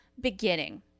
beginning